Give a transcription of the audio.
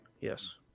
Yes